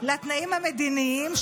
לתנאים המדיניים,